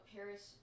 Paris